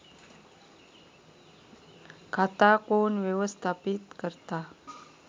खाता कोण व्यवस्थापित करता?